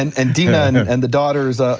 and and dinah and and the daughters, ah